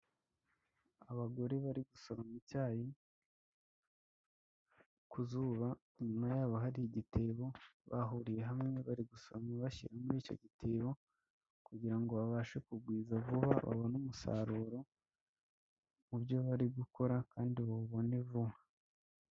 Abagore bari gusoroma icyayi ku zuba, inyuma yabo hari igitebo, bahuriye hamwe bari gusoroma bashyira muri icyo gitebo kugira ngo babashe kugwiza vuba babone umusaruro, mu byo bari gukora kandi bawubone vuba.